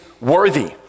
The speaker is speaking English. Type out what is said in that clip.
worthy